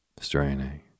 straining